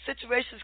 situations